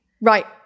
right